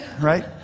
Right